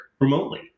remotely